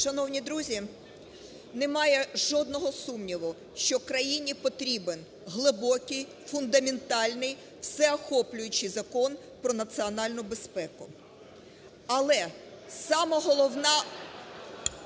Шановні друзі, немає жодного сумніву, що країні потрібен глибокий, фундаментальний, всеохоплюючий Закон про національну безпеку. Але сама головна